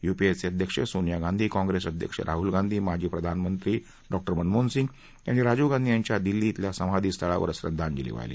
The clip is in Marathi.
युपीएचे अध्यक्ष सोनिया गांधी काँप्रेस अध्यक्ष राहुल गांधी माजी प्रधानमंत्री डॉक्टर मनमोहन सिंग यांनी राजीव गांधी यांच्या दिल्ली इथल्या समाधीस्थळावर श्रद्धांजली वाहिली